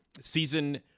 season